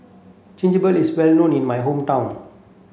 Chigenabe is well known in my hometown